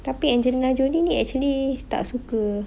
tapi angelina jolie ni actually tak suka